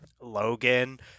Logan